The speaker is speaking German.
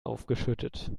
aufgeschüttet